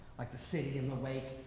like the city in the lake,